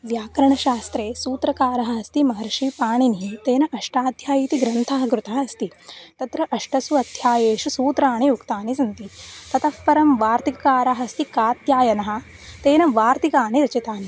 व्याकरणशास्त्रे सूत्रकारः अस्ति महर्षिः पाणिनिः तेन अष्टाध्यायी इति ग्रन्थः कृतः अस्ति तत्र अष्टसु अध्यायेषु सूत्राणि उक्तानि सन्ति ततः परं वार्तिककारः अस्ति कात्यायनः तेन वार्तिकानि रचितानि